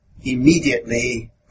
immediately